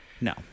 No